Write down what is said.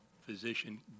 physician